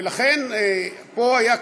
ולכן פה היה קושי,